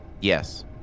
Yes